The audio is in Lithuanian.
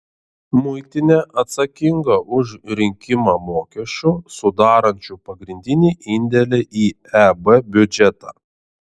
muitinė atsakinga už rinkimą mokesčių sudarančių pagrindinį indėlį į eb biudžetą